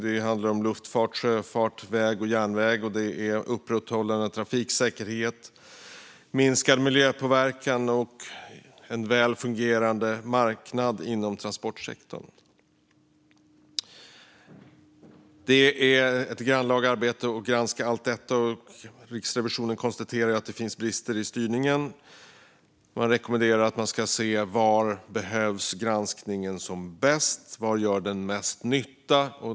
Det handlar om luftfart, sjöfart, väg, järnväg, upprätthållande av trafiksäkerhet, minskad miljöpåverkan och en väl fungerande marknad inom transportsektorn. Det är ett grannlaga arbete att granska allt detta, och Riksrevisionen konstaterar att det finns brister i styrningen. Riksrevisionen rekommenderar att myndigheten ska se var granskningen behövs som mest och var den gör mest nytta.